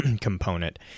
component